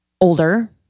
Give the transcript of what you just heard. Older